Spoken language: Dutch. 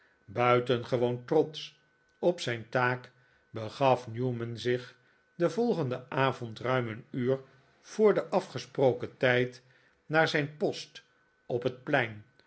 buitengewoon trotsch op zijn taak begaf newman zich den volgenden avond ruim een uur voor den afgesproken tijd naar zijn post op het plein